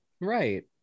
right